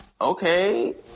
okay